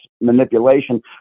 manipulation